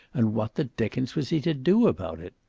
and what the dickens was he to do about it?